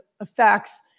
effects